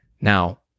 Now